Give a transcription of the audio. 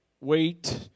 wait